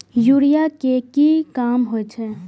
Urea के की काम होई छै?